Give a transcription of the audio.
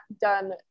done